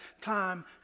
time